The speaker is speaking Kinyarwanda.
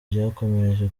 byakomereje